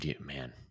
Man